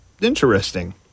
interesting